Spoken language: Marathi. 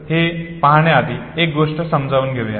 हे पाहण्याआधी एक गोष्ट समजून घेऊया